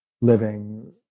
living